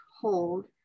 hold